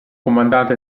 comandante